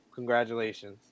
Congratulations